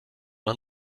man